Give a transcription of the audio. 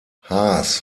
haas